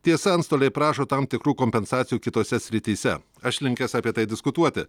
tiesa antstoliai prašo tam tikrų kompensacijų kitose srityse aš linkęs apie tai diskutuoti